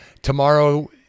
Tomorrow